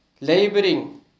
laboring